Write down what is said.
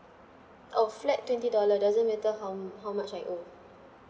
oh flat twenty dollar doesn't matter how m~ how much I owe